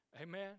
Amen